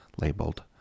labeled